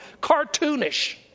cartoonish